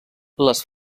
les